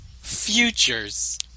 Futures